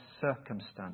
circumstance